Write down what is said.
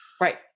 right